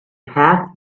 have